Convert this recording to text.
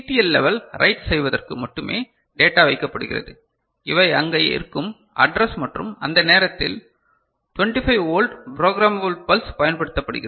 L level write செய்வதற்கு மட்டுமே data வைக்கப்படுகிறது இவை அங்கு இருக்கும் அட்ரஸ் மற்றும் அந்த நேரத்தில் 25 வோல்ட் ப்ரோக்ராமபல் பல்ஸ் பயன்படுத்தப்படுகிறது